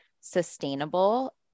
sustainable